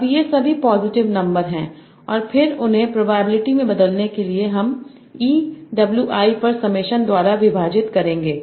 अब वे सभी पॉजिटिव नंबर हैं और फिर उन्हें प्रोबेबिलिटी में बदलने के लिए हम e W i पर समेशन द्वारा विभाजित करेंगे